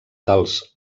dels